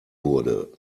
wurde